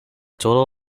total